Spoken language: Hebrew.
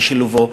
ושילובו,